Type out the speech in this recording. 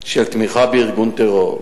של תמיכה בארגון טרור.